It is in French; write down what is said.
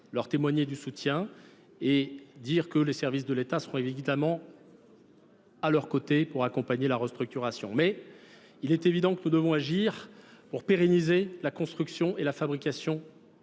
leur témoigner du soutien et dire que les services de l'Etat seront évidemment à leurs côtés pour accompagner la restructuration. Il est évident que nous devons agir pour pérenniser la construction et la fabrication